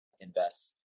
invest